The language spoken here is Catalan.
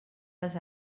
les